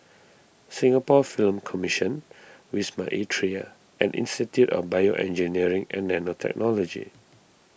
Singapore Film Commission Wisma Atria and Institute of BioEngineering and Nanotechnology